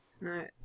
No